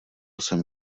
jsem